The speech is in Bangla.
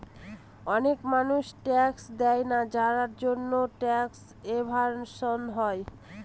অনেক মানুষ ট্যাক্স দেয়না যার জন্যে ট্যাক্স এভাসন হয়